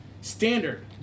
Standard